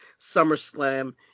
SummerSlam